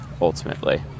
ultimately